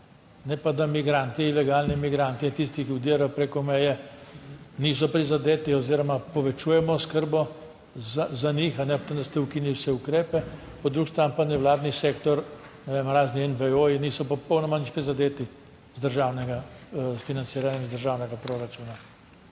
ne pa, da migranti, ilegalni migranti in tisti, ki vdirajo preko meje, niso prizadeti oziroma povečujemo oskrbo za njih, ob tem, da ste ukinili vse ukrepe, po drugi strani pa nevladni sektor, ne vem, razni NVO, niso popolnoma nič prizadeti z državnega financiranja, iz državnega proračuna.